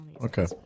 Okay